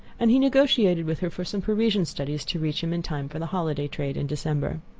and he negotiated with her for some parisian studies to reach him in time for the holiday trade in december.